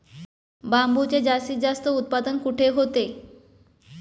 बांबूचे जास्तीत जास्त उत्पादन कुठे होते?